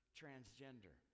transgender